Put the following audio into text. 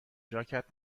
ژاکت